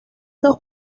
dos